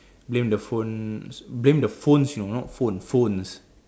blame the phone blame the phones you know not phone phones